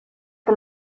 con